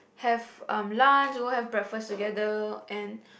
have um lunch go have breakfast together and